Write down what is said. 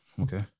Okay